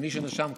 ומי שנרשם קודם,